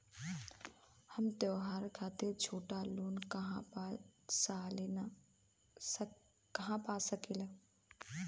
हम त्योहार खातिर छोटा लोन कहा पा सकिला?